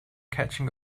catching